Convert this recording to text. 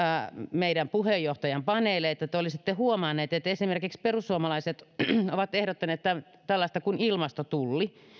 meidän puheenjohtajapaneeleitamme te olisitte huomannut että perussuomalaiset ovat ehdottaneet esimerkiksi tällaista kuin ilmastotulli